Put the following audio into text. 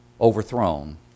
overthrown